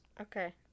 Okay